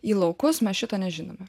į laukus mes šito nežinome